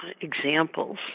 examples